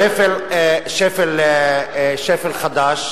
שפל חדש